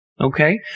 Okay